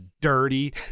dirty